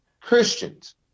Christians